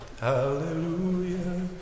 Hallelujah